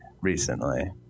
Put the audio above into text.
recently